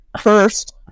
First